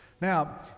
Now